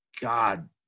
God